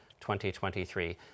2023